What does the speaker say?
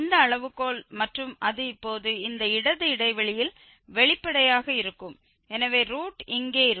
இந்த அளவுகோல் மற்றும் அது இப்போது இந்த இடது இடைவெளியில் வெளிப்படையாக இருக்கும் எனவே ரூட் இங்கே இருக்கும்